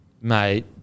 Mate